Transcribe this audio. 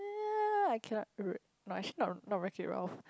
ya ya ya I cannot re~ no actually not not Wreck-It-Ralph